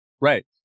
Right